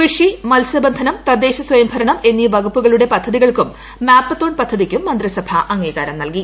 കൃഷ്ടി ്മത്സ്യബന്ധനം തദ്ദേശ സ്വയംഭരണം എന്നീ വകുപ്പുകളുടെ പൃദ്ധതികൾക്കും മാപ്പത്തോൺ പദ്ധതിക്കും മന്ത്രിസഭ അംഗീകാരം നൽകി